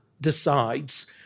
decides